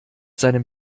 seinem